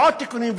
ועוד תיקונים,